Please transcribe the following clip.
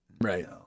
Right